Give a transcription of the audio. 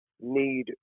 need